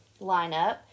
lineup